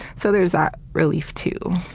so there's that relief, too.